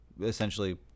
essentially